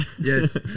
Yes